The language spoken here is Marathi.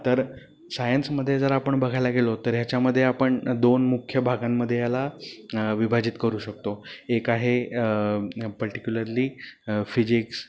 तर सायन्समध्ये जर आपण बघायला गेलो तर ह्याच्यामध्ये आपण दोन मुख्य भागांमध्ये याला विभाजित करू शकतो एक आहे पर्टिक्युलरली फिजिक्स